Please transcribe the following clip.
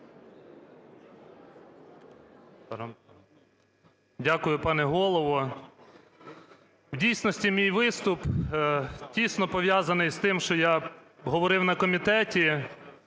Дякую, пане Голово. В дійсності мій виступ тісно пов'язаний з тим, що я говорив на комітеті,